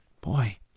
boy